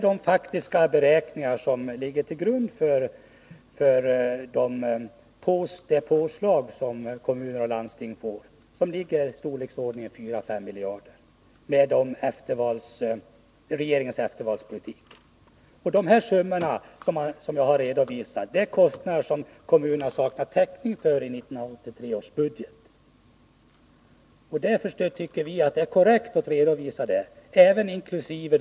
De faktiska beräkningarna ligger till grund för det påslag som kommuner och landsting får i storleken 4-5 miljarder kronor enligt regeringens eftervalspolitik. De summor som jag har redovisat är kostnader som kommunerna saknar täckning för i 1983 års budgetar. Vi tycker att det är korrekt att redovisa detta inkl.